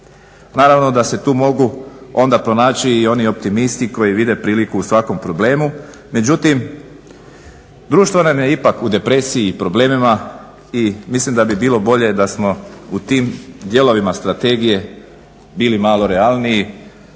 Naravno da se tu mogu onda pronaći i oni optimisti koji vide priliku u svakom problemu. Međutim, društvo nam je ipak u depresiji i problemima i mislim da bi bilo bolje da smo u tim dijelovima strategije bili malo realniji